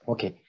Okay